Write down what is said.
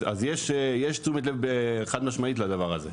אז יש תשומת לב חד משמעית לדבר הזה.